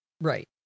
Right